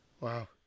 wow